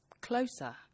closer